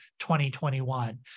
2021